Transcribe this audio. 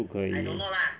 不可以